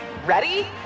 Ready